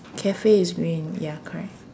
cafe is green ya correct